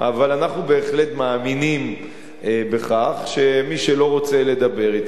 אבל אנחנו בהחלט מאמינים בכך שמי שלא רוצה לדבר אתנו,